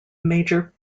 major